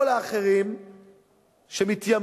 כל האחרים שמתיימרים,